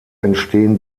entstehen